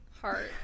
Heart